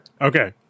Okay